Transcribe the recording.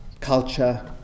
culture